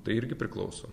tai irgi priklauso